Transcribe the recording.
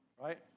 right